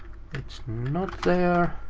it's not there.